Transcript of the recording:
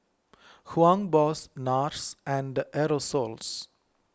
Hugo Boss Nars and Aerosoles